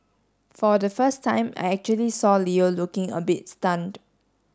for the first time I actually saw Leo looking a bit stunned